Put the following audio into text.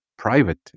private